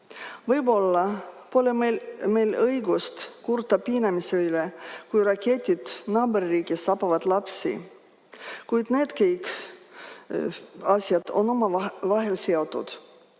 Võib-olla pole meil õigust kurta piinamise üle, kui raketid naaberriigis tapavad lapsi. Kuid need kõik on omavahel seotud